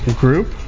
group